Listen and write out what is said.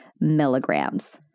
milligrams